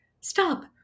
stop